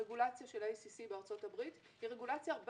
הרגולציה של ה-ACC בארצות הברית היא רגולציה הרבה